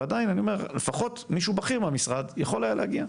ואני אומר שעדיין מישהו בכיר מהמשרד יכול היה להגיע.